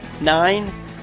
Nine